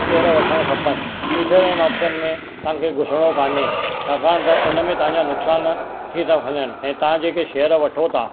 share वठणु खपनि feature and option में तव्हांखे घुसिणो कोन्हे छाकाणि त उन में तव्हांजा नुक़सान थी था वञनि ऐं तव्हां जेके शेयर वठो था